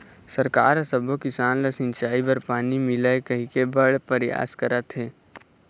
सरकार ह सब्बो किसान ल सिंचई बर पानी मिलय कहिके बड़ परयास करत हे